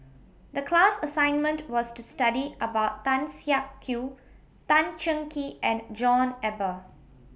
The class assignment was to study about Tan Siak Kew Tan Cheng Kee and John Eber